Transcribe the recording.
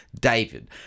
David